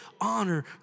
honor